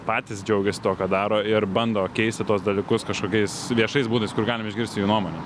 patys džiaugiasi tuo ką daro ir bando keisti tuos dalykus kažkokiais viešais būdais kur galime išgirsti jų nuomonių